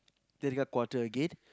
then you cut quarter again